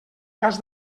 cas